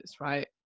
right